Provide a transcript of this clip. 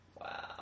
Wow